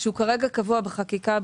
שהוא כרגע קבוע בחקיקה,